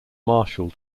martialed